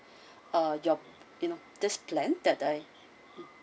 uh your you know this plan that I mm